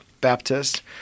Baptist